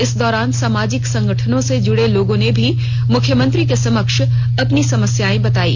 इस दौरान सामाजिक संगठनों से जुड़े लोगों ने भी मुख्यमंत्री के समक्ष अपनी समस्याएं बतायी